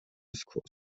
diskurs